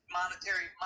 monetary